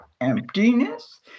emptiness